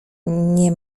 nie